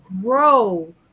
grow